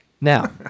Now